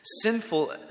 sinful